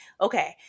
Okay